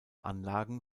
anlagen